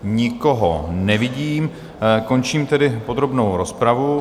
Nikoho nevidím, končím tedy podrobnou rozpravu.